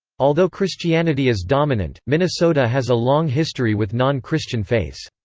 although christianity is dominant, minnesota has a long history with non-christian faiths.